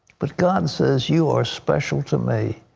but god says, you are special to me.